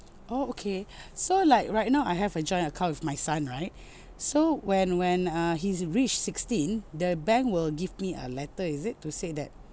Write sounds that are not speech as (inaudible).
oh okay so like right now I have a joint account with my son right (breath) so when when err he's reach sixteen the bank will give me a letter is it to say that